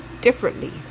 differently